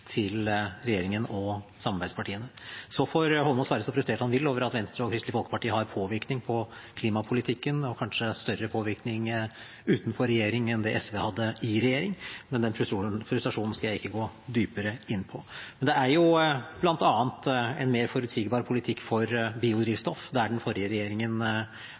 til regjeringen og samarbeidspartiene. Så får Eidsvoll Holmås være så frustrert han vil over at Venstre og Kristelig Folkeparti har påvirkning på klimapolitikken, kanskje større påvirkning utenfor regjering enn det SV hadde i regjering, men den frustrasjonen skal jeg ikke gå dypere inn på. Men det er bl.a. en mer forutsigbar politikk for biodrivstoff, der den forrige regjeringen